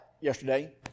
yesterday